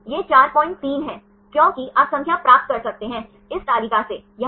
तो यह phi है और आप देख सकते हैं कि यह psi है सही